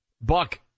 Buck